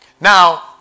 Now